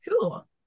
cool